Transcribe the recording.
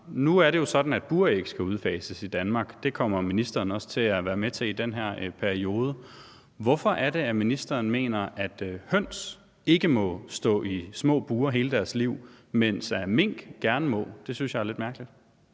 Nu er det jo sådan, at buræg skal udfases i Danmark. Det kommer ministeren også til at være med til i den her periode. Hvorfor er det, at ministeren mener, at høns ikke må stå i små bure hele deres liv, mens mink gerne må? Det synes jeg er lidt mærkeligt.